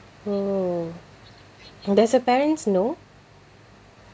oh does her parents know